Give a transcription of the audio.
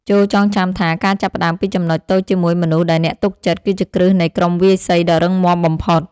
ចូរចងចាំថា ការចាប់ផ្ដើមពីចំណុចតូចជាមួយមនុស្សដែលអ្នកទុកចិត្ត គឺជាគ្រឹះនៃក្រុមវាយសីដ៏រឹងមាំបំផុត។